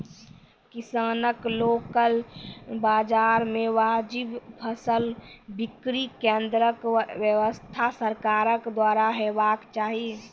किसानक लोकल बाजार मे वाजिब फसलक बिक्री केन्द्रक व्यवस्था सरकारक द्वारा हेवाक चाही?